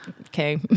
okay